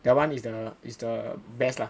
that one is the is the best lah